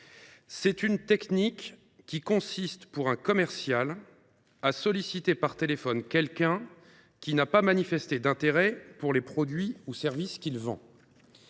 est une technique qui consiste, pour un commercial, à solliciter par téléphone quelqu’un qui n’a pas manifesté d’intérêt pour les produits ou services qu’il vend.